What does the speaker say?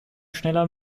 schneller